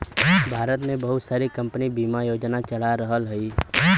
भारत में बहुत सारी कम्पनी बिमा योजना चला रहल हयी